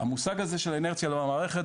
המושג הזה של האינרציה למערכת,